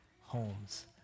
homes